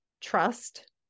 trust